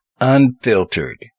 unfiltered